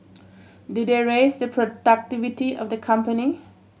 do they raise the productivity of the company